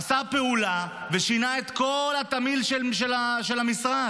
עשה פעולה ושינה את כל התמהיל של המשרד.